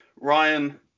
Ryan